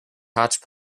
hotch